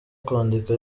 kwandika